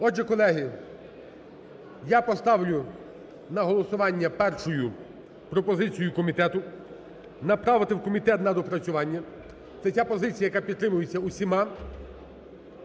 Отже, колеги, я поставлю на голосування першою пропозицію комітету направити в комітет на доопрацювання – це ця позиція, яка підтримується всіма,